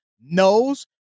knows